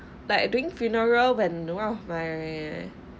like during funeral when one of my